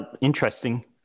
interesting